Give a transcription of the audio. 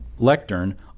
lectern